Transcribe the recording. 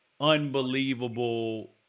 unbelievable